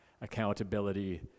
accountability